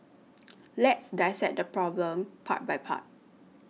let's dissect this problem part by part